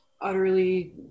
utterly